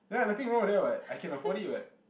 ya nothing wrong with that what I can afford it [what]